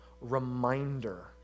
reminder